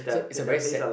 so is a very sad